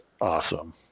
awesome